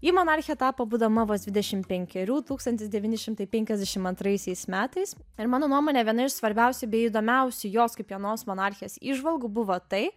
ji monarche tapo būdama vos dvidešim penkerių tūkstantis devyni šimtai penkiasdešim antraisiais metais ir mano nuomone viena iš svarbiausių bei įdomiausių jos kaip vienos monarchės įžvalgų buvo tai